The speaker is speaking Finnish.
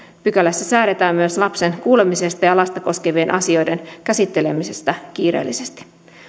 pykälässä säädetään myös lapsen kuulemisesta ja lasta koskevien asioiden käsittelemisestä kiireellisesti